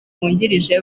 wungirije